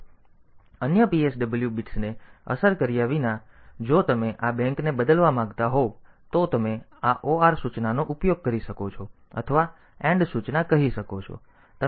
તેથી અન્ય PSW બિટ્સને અસર કર્યા વિના તેથી જો તમે આ બેંકને બદલવા માંગતા હોવ તો તમે આ OR સૂચનાનો ઉપયોગ કરી શકો છો અથવા AND સૂચના કહી શકો છો